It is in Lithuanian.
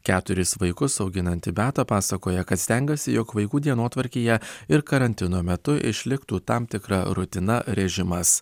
keturis vaikus auginanti beata pasakoja kad stengiasi jog vaikų dienotvarkėje ir karantino metu išliktų tam tikra rutina režimas